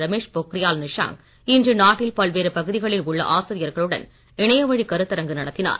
ரமேஷ் பொக்ரியால் நிஷாங்க் இன்று நாட்டில் பல்வேறு பகுதிகளில் உள்ள ஆசிரியர்களுடன் இணையவழி கருத்தரங்கு நடத்தினார்